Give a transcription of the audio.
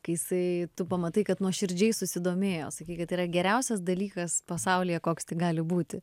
kai jisai tu pamatai kad nuoširdžiai susidomėjo sakei kad yra geriausias dalykas pasaulyje koks tik gali būti